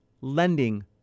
lending